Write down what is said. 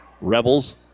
Rebels